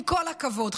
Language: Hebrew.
עם כל הכבוד,